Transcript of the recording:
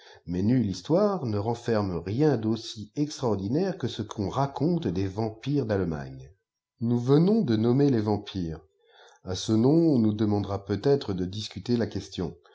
msas nulle hîoië ne renferme rien d'aussi extraordinaire que ce qu'on raconte des yampiràs d m lemagne nous venons de nommer les vampires a ce nom on àous dehmandera peut-être de discuter la question